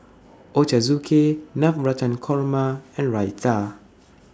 Ochazuke Navratan Korma and Raita